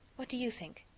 what do you think?